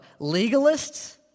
Legalists